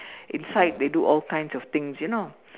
inside they do all kinds of things ya know